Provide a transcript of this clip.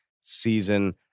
season